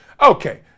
Okay